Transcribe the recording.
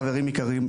חברים יקרים,